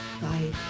Bye